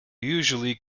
usually